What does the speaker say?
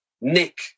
nick